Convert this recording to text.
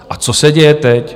A co se děje teď?